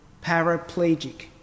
paraplegic